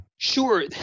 Sure